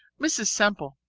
mrs. semple,